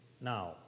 Now